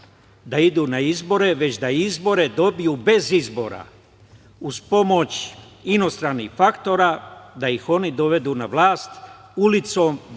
da idu na izbore, već da izbore dobiju bez izbora, uz pomoć inostranih faktora, da ih oni dovedu na vlast ulicom,